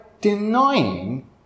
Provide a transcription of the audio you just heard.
denying